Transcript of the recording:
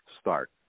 start